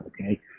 okay